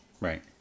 Right